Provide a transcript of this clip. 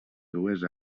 dues